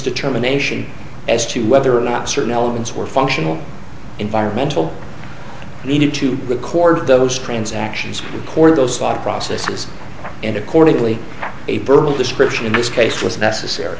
determination as to whether or not certain elements were functional environmental needed to record those transactions record those processes and accordingly a burble description in this case was necessary